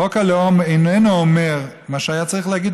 חוק הלאום איננו אומר מה שהיה צריך להגיד,